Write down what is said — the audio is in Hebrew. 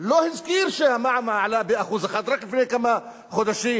הוא לא הזכיר שהמע"מ עלה ב-1% רק לפני כמה חודשים.